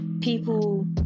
people